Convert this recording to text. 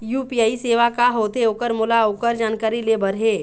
UPI सेवा का होथे ओकर मोला ओकर जानकारी ले बर हे?